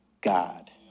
God